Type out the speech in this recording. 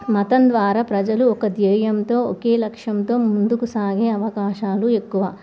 మతం ద్వారా ప్రజలు ఒక ధ్యేయంతో ఒకే లక్ష్యంతో ముందుకు సాగే అవకాశాలు ఎక్కువ